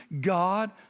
God